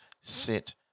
Sit